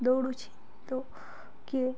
ଦୌଡ଼ୁଛି ତ କିଏ